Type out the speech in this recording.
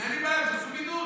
אין לי בעיה, תעשו בידוד.